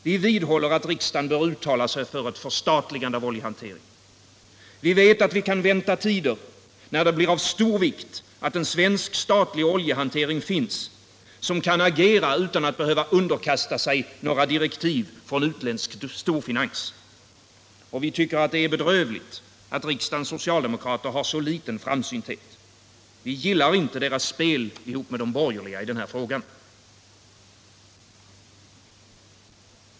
Vi vidhåller att riksdagen bör uttala sig för ett förstatligande av oljehanteringen. Vi vet att vi kan vänta tider när det blir av stor vikt att en svensk statlig oljehantering finns, som kan agera utan att behöva underkasta sig direktiv från utländsk storfinans. Vi tycker det är bedrövligt att riksdagens socialdemokrater har så liten framsynthet. Vi tycker inte om deras spel ihop med de borgerliga i den här frågan.